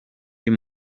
y’i